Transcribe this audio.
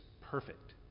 perfect